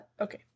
Okay